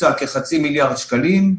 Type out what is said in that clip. הוקצה כחצי מיליארד שקלים,